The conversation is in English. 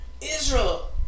Israel